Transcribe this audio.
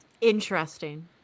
Interesting